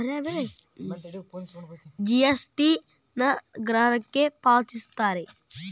GST ನ ಗ್ರಾಹಕರೇ ಪಾವತಿಸ್ತಾರಾ